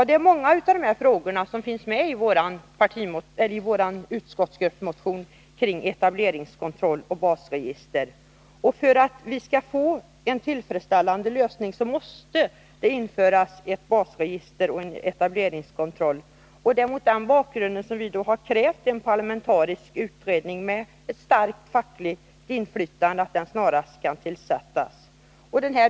Det är många av dessa frågor som tagits upp i våra motioner om etableringskontroll och branschregister. För att vi skall få en tillfredsställande lösning måste det införas ett branschregister och en etableringskontroll. Det är mot denna bakgrund som vi har krävt att en parlamentarisk utredning med starkt fackligt inflytande snarast skall tillsättas.